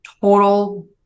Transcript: total